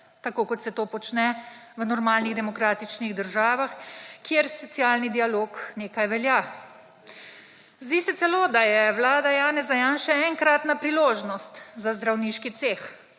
tako kot se to počne v normalnih demokratičnih državah kjer socialni dialog nekaj velja. Zdi se delo, da je Vlada Janeza Janše enkratna priložnost za zdravniški ceh,